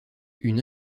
une